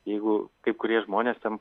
jeigu kai kurie žmonės ten